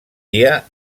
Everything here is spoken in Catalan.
dia